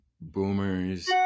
boomers